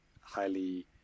highly